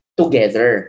together